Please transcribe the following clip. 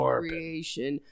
creation